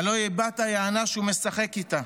הלוא היא בת היענה, שהוא משחק איתה,